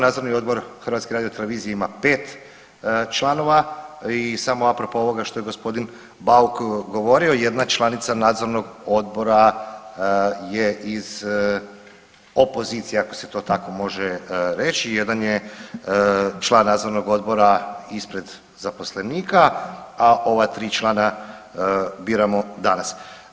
Nadzorni odbor HRT-a ima pet članova i samo a propos ovoga što je g. Bauk govorio jedna članica nadzornog odbora je iz opozicije ako se to tako može reći, jedan je član nadzornog odbora ispred zaposlenika, a ova tri člana biramo danas.